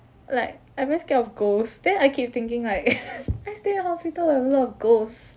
like I very scared of ghosts then I keep thinking like I stay at hospital a lot of ghosts